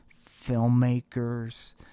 filmmakers